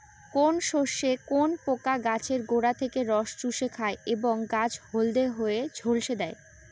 কোন শস্যে কোন পোকা গাছের গোড়া থেকে রস চুষে খায় এবং গাছ হলদে করে ঝলসে দেয়?